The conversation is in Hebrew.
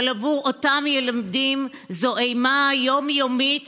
אבל עבור אותם ילדים זו אימה יום-יומית